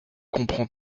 comprend